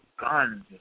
guns